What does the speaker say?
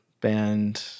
band